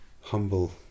humble